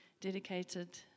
dedicated